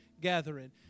gathering